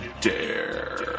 dare